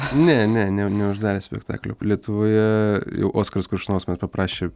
ne ne ne neuždarė spektaklio lietuvoje jau oskaras koršunovas paprašė